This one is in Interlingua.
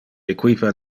equipa